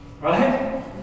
Right